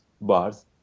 bars